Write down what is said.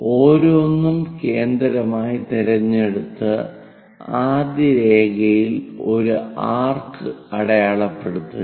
ഓരോന്നും കേന്ദ്രമായി തിരഞ്ഞെടുത്ത് ആദ്യ രേഖയിൽ ഒരു ആർക്ക് അടയാളപ്പെടുത്തുക